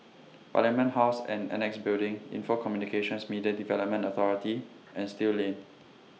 Parliament House and Annexe Building Info Communications Media Development Authority and Still Lane